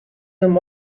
them